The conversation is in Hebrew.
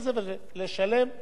על הרווחים רק